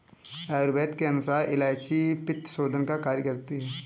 आयुर्वेद के अनुसार इलायची पित्तशोधन का कार्य करती है